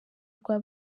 rwa